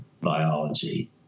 biology